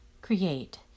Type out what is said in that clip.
create